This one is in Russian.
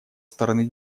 стороны